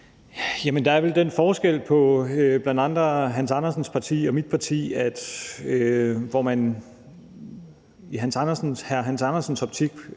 Der er jo den forskel på blandt andre hr. Hans Andersens parti og mit parti, at man i hr. Hans Andersens optik